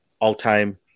all-time